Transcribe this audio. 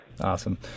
Awesome